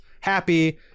happy